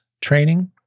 training